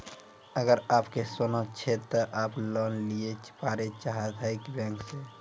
अगर आप के सोना छै ते आप लोन लिए पारे चाहते हैं बैंक से?